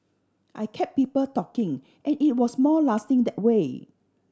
I kept people talking and it was more lasting that way